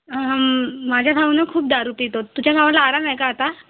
ह माझ्या भाऊ नं खूप दारू पितो तुझ्या भावाला आराम आहे का आता